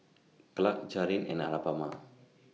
Clarke Jaren and Alabama